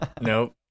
Nope